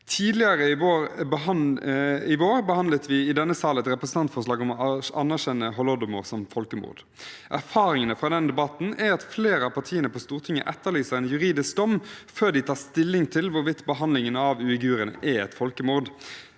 Tidligere i vår behandlet vi i denne sal et representantforslag om å anerkjenne Holodomor som folkemord. Erfaringene fra den debatten er at flere av partiene på Stortinget etterlyser en juridisk dom før de tar stilling til hvorvidt behandlingen av uigurene er et folkemord.